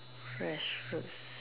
fresh fruits